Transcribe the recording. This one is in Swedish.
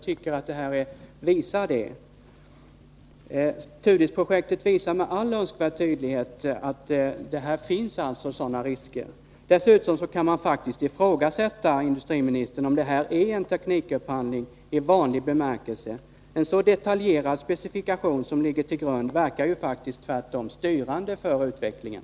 TUDIS-projektet visar med all önskvärd tydlighet att det finns sådana risker. Dessutom kan man faktiskt, herr industriminister, ifrågasätta om detta är en teknikupphandling i vanlig bemärkelse. En så detaljerad specifikation som är aktuell här verkar ju tvärtom styrande för utvecklingen.